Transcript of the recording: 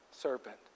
serpent